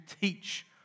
teach